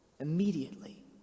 immediately